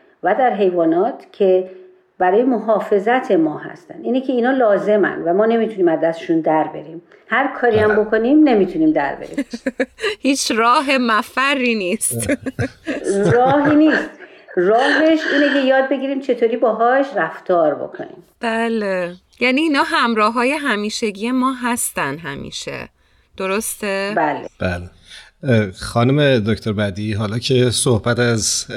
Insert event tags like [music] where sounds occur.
و در حیوانات که برای محافظت ما هستن. اینه که اینا لازمن و ما نمیتونیم از دستشون در بریم. هر کاری هم بله. بکنیم، نمیتونیم در بریم. [laughs] هیچ راه مفری نیست. [laughs] راهی نیست. راهش اینه که یاد بگیریم چطوری باهاش رفتار بکنیم. بله. یعنی اینا همراه های همیشگی ما هستن همیشه. درسته؟ بله. بله. اه، خانم دکتر بدی، حالا که صحبت از